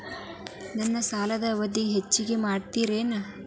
ನನ್ನ ಸಾಲದ ಅವಧಿ ಹೆಚ್ಚಿಗೆ ಮಾಡ್ತಿರೇನು?